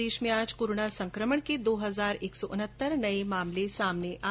प्रदेश मांय आज कोरोना संक्रमण रा दो हजार एक सौ उनत्तर नुवा मामला सामी आया